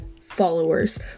followers